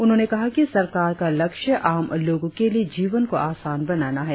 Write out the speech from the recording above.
उन्होंने कहा कि सरकार का लक्ष्य आम लोगों के लिए जीवन को आसान बनाना है